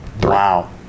Wow